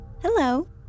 Hello